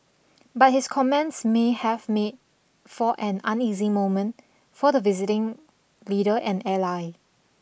but his comments may have made for an uneasy moment for the visiting leader and ally